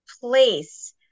place